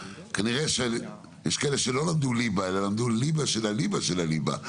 כנראה שיש שם כאלה שלא למדו רק ליבה אלא למדו ליבה של הליבה של הליבה.